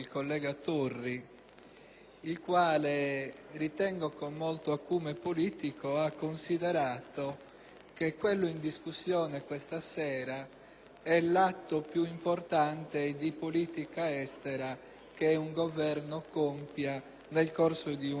il quale, ritengo con molto acume politico, ha considerato che quello in discussione questa sera è l'atto più importante di politica estera che un Governo compia nel corso di un anno solare.